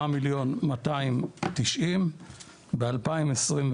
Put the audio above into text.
4,290,000. ב-2022